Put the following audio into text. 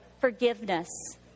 forgiveness